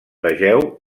vegeu